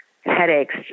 headaches